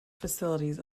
facilities